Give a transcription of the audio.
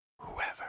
whoever